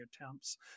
attempts